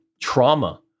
trauma